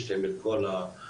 יש להם את כל היועצים,